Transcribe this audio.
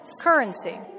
currency